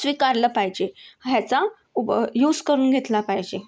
स्वीकारलं पाहिजे ह्याचा उप यूज करून घेतला पाहिजे